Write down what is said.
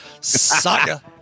saga